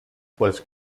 was